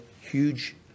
huge